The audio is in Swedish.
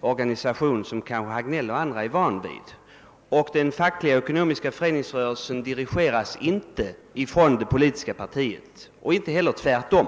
organisation som kanske herr Hagnell och andra är vana vid. Den fackliga och ekonomiska föreningsrörelsen dirigeras inte av det politiska partiet — uch inte heller tvärtom.